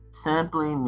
simply